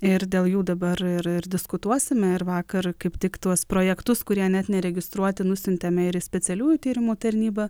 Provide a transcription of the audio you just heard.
ir dėl jų dabar ir ir diskutuosime ir vakar kaip tik tuos projektus kurie net neregistruoti nusiuntėme ir į specialiųjų tyrimų tarnybą